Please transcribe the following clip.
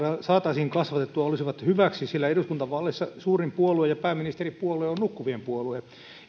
saataisiin kasvatettua olisivat hyväksi sillä eduskuntavaaleissa suurin puolue ja pääministeripuolue on nukkuvien puolue